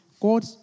God